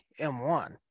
M1